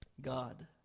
God